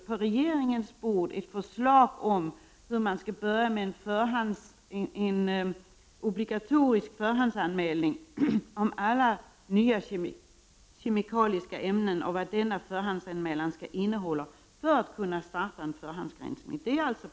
På regeringens bord ligger nu ett förslag om obligatorisk förhandsanmälning av alla nya kemiska ämnen och om vad denna skall innehålla för att en förhandsgranskning skall kunna starta.